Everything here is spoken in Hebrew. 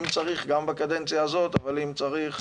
אם צריך,